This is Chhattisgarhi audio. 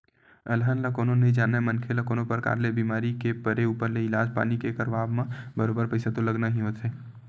अलहन ल कोनो नइ जानय मनखे ल कोनो परकार ले बीमार के परे ऊपर ले इलाज पानी के करवाब म बरोबर पइसा तो लगना ही होथे